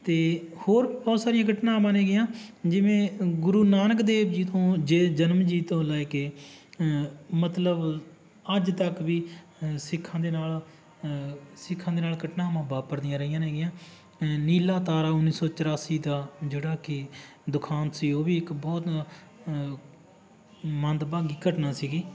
ਅਤੇ ਹੋਰ ਬਹੁਤ ਸਾਰੀਆਂ ਘਟਨਾਵਾਂ ਨੇਗੀਆਂ ਜਿਵੇਂ ਗੁਰੂ ਨਾਨਕ ਦੇਵ ਜੀ ਤੋਂ ਜੇ ਜਨਮ ਜੀ ਤੋਂ ਲੈ ਕੇ ਮਤਲਬ ਅੱਜ ਤੱਕ ਵੀ ਸਿੱਖਾਂ ਦੇ ਨਾਲ ਸਿੱਖਾਂ ਦੇ ਨਾਲ ਘਟਨਾਵਾਂ ਵਾਪਰਦੀਆਂ ਰਹੀਆਂ ਨੇ ਗੀਆਂ ਨੀਲਾ ਤਾਰਾ ਉੱਨੀ ਸੌ ਚੁਰਾਸੀ ਦਾ ਜਿਹੜਾ ਕਿ ਦੁਖਾਂਤ ਸੀ ਉਹ ਵੀ ਇੱਕ ਬਹੁਤ ਮੰਦਭਾਗੀ ਘਟਨਾ ਸੀਗੀ